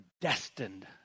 destined